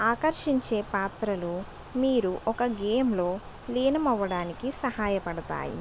ఆకర్షించే పాత్రలు మీరు ఒక గేమ్లో లీనం అవ్వడానికి సహాయపడతాయి